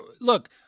Look